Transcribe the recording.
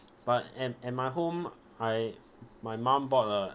but and and my home I my mum bought a